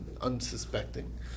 unsuspecting